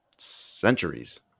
centuries